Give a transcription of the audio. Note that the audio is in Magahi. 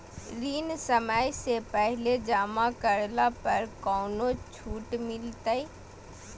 ऋण समय से पहले जमा करला पर कौनो छुट मिलतैय?